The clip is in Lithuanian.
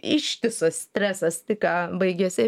ištisas stresas tik ką baigėsi